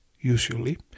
usually